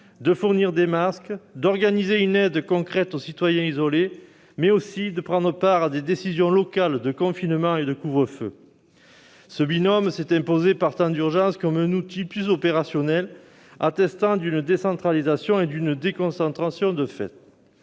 de fournir des masques, d'organiser une aide concrète pour les citoyens isolés, mais aussi de prendre part à des décisions locales de confinement et de couvre-feu. Ce binôme s'est imposé par temps d'urgence comme un outil plus opérationnel, attestant d'une décentralisation et d'une déconcentration de fait.